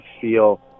feel